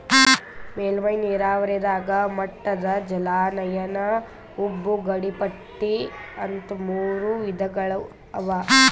ಮೇಲ್ಮೈ ನೀರಾವರಿದಾಗ ಮಟ್ಟದ ಜಲಾನಯನ ಉಬ್ಬು ಗಡಿಪಟ್ಟಿ ಅಂತ್ ಮೂರ್ ವಿಧಗೊಳ್ ಅವಾ